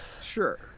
Sure